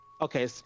Okay